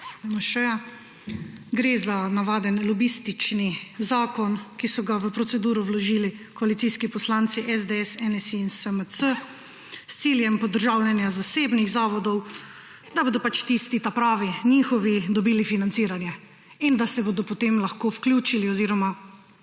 LMŠ, gre za navaden lobistični zakon, ki so ga v proceduro vložili koalicijski poslanci SDS, NSi in SMC s ciljem podržavljanja zasebnih zavodov, da bodo pač tisti tapravi, njihovi dobili financiranje in da se bodo potem lahko vključili oziroma